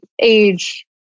age